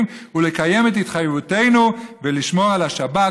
ולקיים את התחייבויותינו ולשמור על השבת.